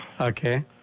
Okay